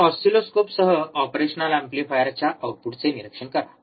तर ऑसिलोस्कोपसह ऑपरेशनल एम्पलीफायरच्या आउटपुटचे निरीक्षण करा